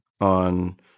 on